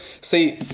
See